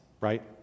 right